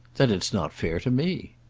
then it's not fair to me.